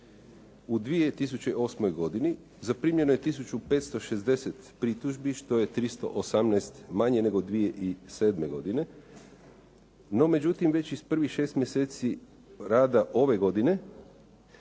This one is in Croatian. U 2008. godini zaprimljeno je tisuću 560 pritužbi što je 318 manje nego 2007. godine, no međutim iz prvih šest mjeseci rada ove godine